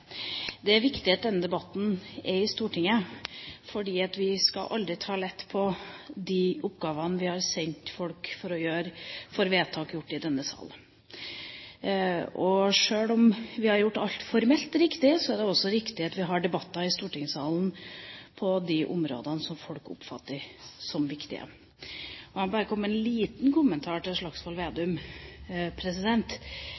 Det er viktig at denne debatten er i Stortinget, for vi skal aldri ta lett på de oppgavene vi har sendt folk ut for å gjøre etter vedtak gjort i denne salen. Sjøl om vi har gjort alt formelt riktig, er det også riktig at vi har debatter i stortingssalen på de områdene som folk oppfatter som viktige. Jeg må bare komme med en liten kommentar til Slagsvold